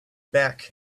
back